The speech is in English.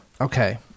Okay